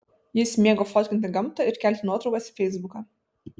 jis mėgo fotkinti gamtą ir kelti nuotraukas į feisbuką